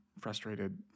frustrated